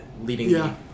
leading